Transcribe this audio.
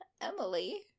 Emily